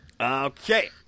Okay